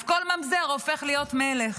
אז כל ממזר הופך מלך.